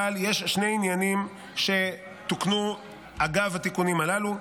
אבל יש שני עניינים שתוקנו אגב התיקונים הללו.